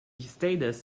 status